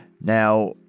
Now